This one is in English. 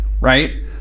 right